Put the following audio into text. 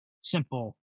simple